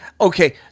Okay